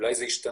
אולי זה ישתנה,